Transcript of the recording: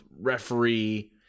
Referee